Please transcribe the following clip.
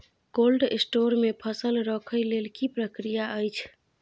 Cold store मे फसल रखय लेल की प्रक्रिया अछि?